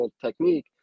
technique